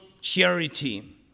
charity